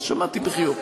אז שמעתי בחיוך.